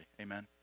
Amen